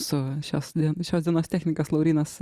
su šios šios dienos technikas laurynas